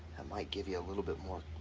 i might give you a little bit more.